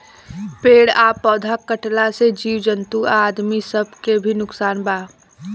पेड़ आ पौधा कटला से जीव जंतु आ आदमी सब के भी नुकसान बा